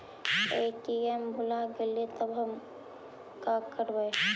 ATM भुला गेलय तब हम काकरवय?